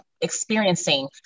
experiencing